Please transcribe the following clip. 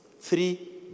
Three